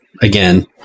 again